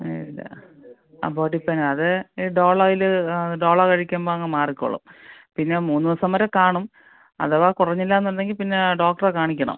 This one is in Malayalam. ഏയ് ഇല്ല ആ ബോഡി പെയിൻ അത് ഈ ഡോളോയിൽ ആ ഡോളോ കഴിക്കുമ്പോഴങ്ങ് മാറിക്കോളും പിന്നെ മൂന്ന് ദിവസം വരെ കാണും അഥവാ കുറഞ്ഞില്ലയെന്നുണ്ടെങ്കിൽ പിന്നെ ഡോക്ടറെ കാണിക്കണം